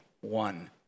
one